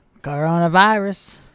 Coronavirus